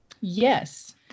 Yes